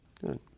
Good